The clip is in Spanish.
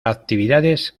actividades